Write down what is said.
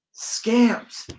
scams